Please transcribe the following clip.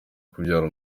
kubyara